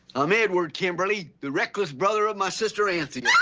i'm edward kimberly the reckless brother of my sister anthea yeah